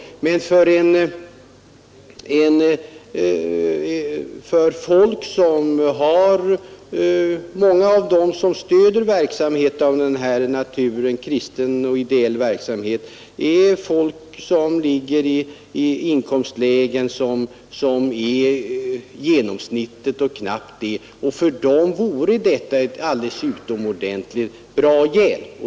Många av dem som stöder kristen och ideell verksamhet har inkomster som ligger vid genomsnittet eller knappt det, och för dem vore detta avdrag en utomordentligt bra hjälp.